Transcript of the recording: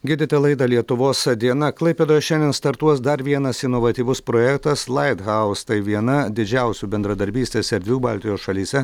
girdite laidą lietuvos diena klaipėdoje šiandien startuos dar vienas inovatyvus projektas light house tai viena didžiausių bendradarbystės erdvių baltijos šalyse